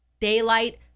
daylight